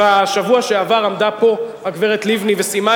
בשבוע שעבר עמדה פה הגברת לבני וסיימה